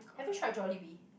have you tried Jollibee